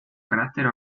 carácter